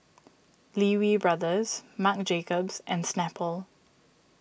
Lee Wee Brothers Marc Jacobs and Snapple